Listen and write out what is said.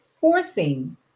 forcing